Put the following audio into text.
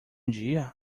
dia